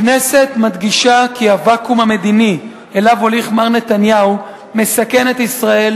הכנסת מדגישה כי הוואקום המדיני שאליו הוליך מר נתניהו מסכן את ישראל,